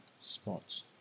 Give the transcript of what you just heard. spots